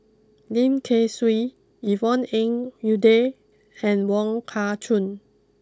Lim Kay Siu Yvonne Ng Uhde and Wong Kah Chun